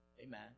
Amen